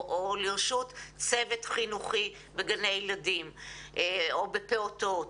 לרשות צוות חינוכי בגני ילדים או בגנים לפעוטות.